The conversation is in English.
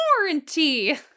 warranty